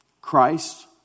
Christ